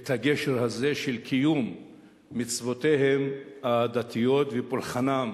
את הגשר הזה של קיום מצוותיהם הדתיות ופולחנם